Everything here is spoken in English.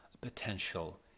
potential